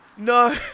No